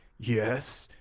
yes,